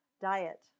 Diet